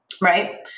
right